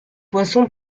poisson